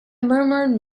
murmured